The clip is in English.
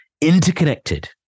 interconnected